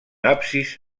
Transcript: absis